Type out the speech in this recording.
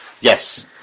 Yes